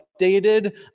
updated